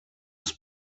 des